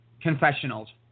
confessionals